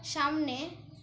সামনে